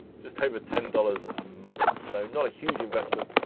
just over ten dollars a month. so not a huge investment,